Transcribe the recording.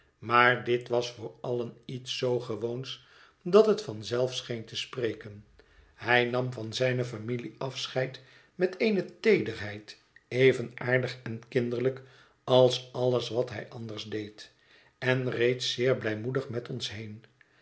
maar dit was voor allen iets zoo gewoons dat het van zelf scheen te spreken hij nam van zijne familie afscheid met eene teederheid even aardig en kinderlijk als alles wat hij anders deed en reed zeer blijmoedig met ons heen